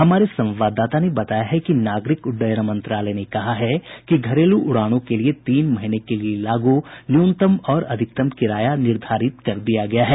हमारे संवाददाता ने बताया है कि नागरिक उड्डयन मंत्रालय ने कहा है कि घरेलू उड़ानों के लिए तीन महीने के लिए लागू न्यूनतम और अधिकतम किराया निर्धारित कर दिया गया है